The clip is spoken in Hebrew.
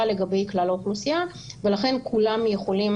לגבי כלל האוכלוסייה ולכן כולם יכולים,